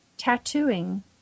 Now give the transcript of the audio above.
Tattooing